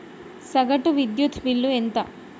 సగటు విద్యుత్ బిల్లు ఎంత?